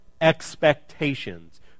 expectations